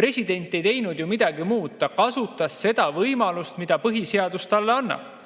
president ei teinud ju midagi muud, kui vaid kasutas seda võimalust, mille põhiseadus talle annab.